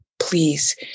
please